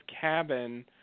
cabin